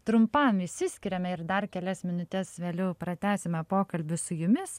trumpam išsiskiriame ir dar kelias minutes vėliau pratęsime pokalbį su jumis